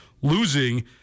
losing